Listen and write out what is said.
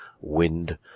wind